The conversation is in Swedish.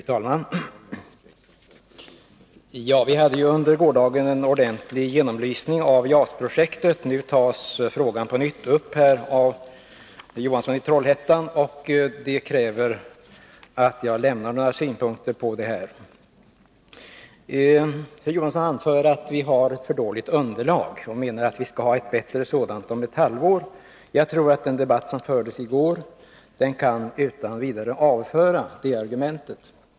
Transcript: Fru talman! Vi gjorde under gårdagen en ordentlig genomlysning av JAS-projektet. Nu tas frågan upp på nytt av Hilding Johansson, och det kräver att jag lämnar några synpunkter. Herr Johansson anför att vi har ett för dåligt underlag och menar att vi kommer att ha ett bättre sådant om ett halvår. Jag tror att man med stöd i den debatt som fördes i går utan vidare kan avföra det argumentet.